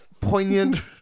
poignant